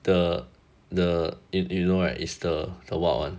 the the yo~ you know where is the the wild one